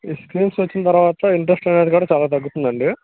ఈ స్కీమ్స్ వచ్చిన తర్వాత ఇంటరెస్ట్ అనేది కూడా చాలా తగ్గుతుందండీ